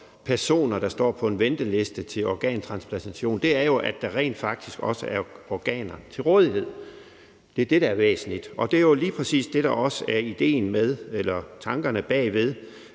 personer, der står på en venteliste til organtransplantation, er jo, at der rent faktisk også er organer til rådighed. Det er det, der er væsentligt. Det, der også er tankerne bag,